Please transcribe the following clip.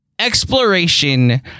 exploration